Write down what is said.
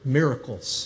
miracles